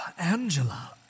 Angela